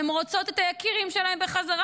הן רוצות את היקירים שלהן בחזרה.